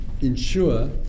ensure